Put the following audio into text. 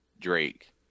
Drake